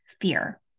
fear